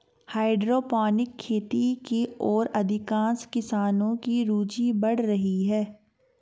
hydroponic खेती की ओर अधिकांश किसानों की रूचि बढ़ रही है